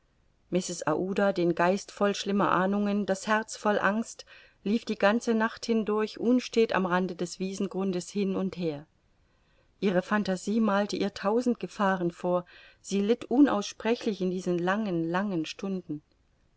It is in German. den geist voll schlimmer ahnungen das herz voll angst lief die ganze nacht hindurch unstet am rande des wiesengrundes hin und her ihre phantasie malte ihr tausend gefahren vor sie litt unaussprechlich in diesen langen langen stunden